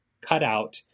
cutout